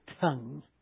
tongue